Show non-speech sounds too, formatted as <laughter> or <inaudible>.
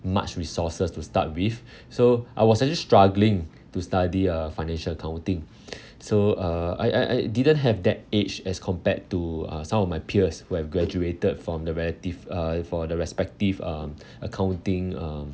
much resources to start with so I was actually struggling to study uh financial accounting <breath> so uh I I I didn't have that edge as compared to uh some of my peers who have graduated from the relative uh for the respective um accounting um